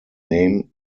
name